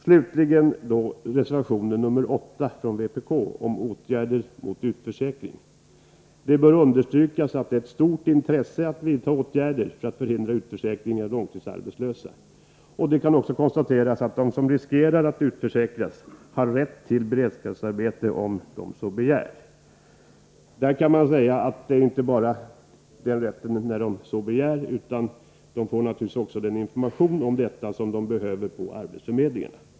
Slutligen några ord om reservationen nr 8 från vpk om åtgärder mot utförsäkring: Det bör understrykas att det är av stort intresse att vidta åtgärder för att förhindra utförsäkring av långtidsarbetslösa. Det kan också konstateras att de som riskerar att utförsäkras har rätt till beredskapsarbete, om de begär sådant. De får naturligtvis också den information om detta som de behöver på arbetsförmedlingen.